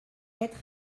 être